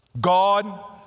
God